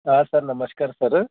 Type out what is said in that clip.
ಹಾಂ ಸರ್ ನಮಸ್ಕಾರ ಸರ